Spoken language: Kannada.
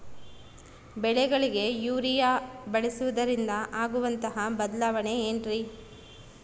ಬೆಳೆಗಳಿಗೆ ಯೂರಿಯಾ ಬಳಸುವುದರಿಂದ ಆಗುವಂತಹ ಬದಲಾವಣೆ ಏನ್ರಿ?